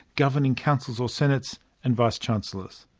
governing councils or senates, and vice-chancellors.